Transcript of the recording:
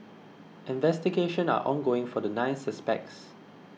investigation are ongoing for the nine suspects